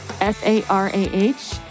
S-A-R-A-H